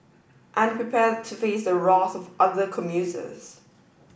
and prepare to face the wrath of other commuters